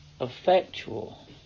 effectual